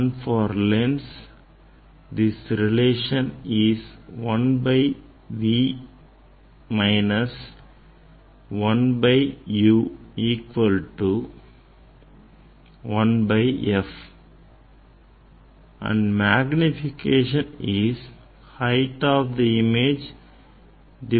அதுவே லென்ஸ்க்கு 1f சமம் 1u வை 1v ல் கழிக்க கிடைப்பதாகும்